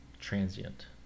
transient